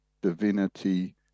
divinity